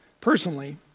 personally